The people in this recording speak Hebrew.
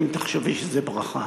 אם תחשבי שזה ברכה.